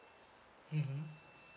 mmhmm